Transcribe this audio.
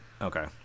Okay